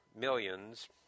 millions